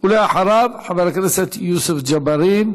ואחריו, חבר הכנסת יוסף ג'בארין.